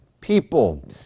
people